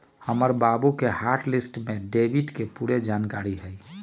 हमर बाबु के हॉट लिस्ट डेबिट के पूरे जनकारी हइ